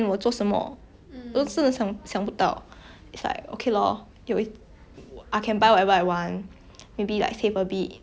maybe like save a bit invest a bit but like !wah! really don't know eh it's too too much already I cannot think